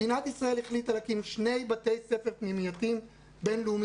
מדינת ישראל החליטה להקים שני בתי ספר פנימייתיים בין-לאומיים.